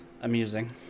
amusing